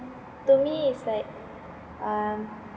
to me is like um